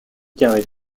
carré